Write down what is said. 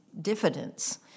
diffidence